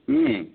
ହୁଁ